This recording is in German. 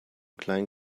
kleinen